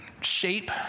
shape